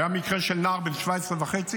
היה מקרה של נער בן 17 וחצי,